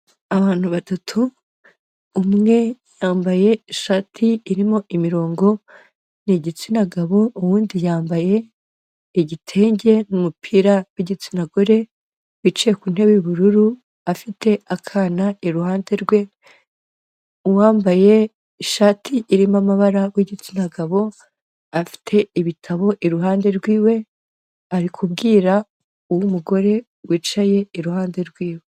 Abantu batatu, umwe yambaye ishati irimo imirongo ni igitsina gabo, undi yambaye igitenge n'umupira w'igitsina gore, bicaye ku ntebe y'ubururu afite akana iruhande rwe, uwambaye ishati irimo amabara w'igitsina gabo afite ibitabo iruhande rwiwe, ari kubwira uw'umugore wicaye iruhande rw'iwe.